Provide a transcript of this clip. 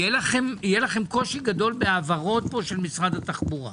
יהיה לכם קושי גדול בהעברות של משרד התחבורה.